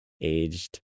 aged